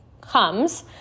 comes